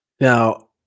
Now